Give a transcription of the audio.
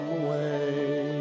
away